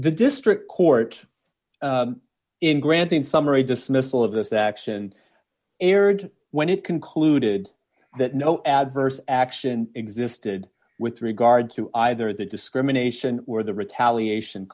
the district court in granting summary dismissal of this action erred when it concluded that no adverse action existed with regard to either the discrimination or the retaliation